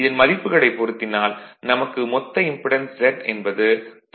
இதன் மதிப்புகளைப் பொருத்தினால் நமக்கு மொத்த இம்படென்ஸ் Z என்பது 3